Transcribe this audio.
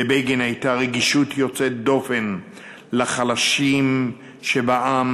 לבגין הייתה רגישות יוצאת דופן לחלשים שבעם,